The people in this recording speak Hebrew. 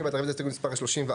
מי בעד רביזיה להסתייגות מספר 33?